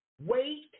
Wait